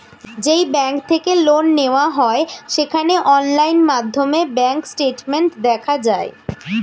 যেই ব্যাঙ্ক থেকে লোন নেওয়া হয় সেখানে অনলাইন মাধ্যমে ব্যাঙ্ক স্টেটমেন্ট দেখা যায়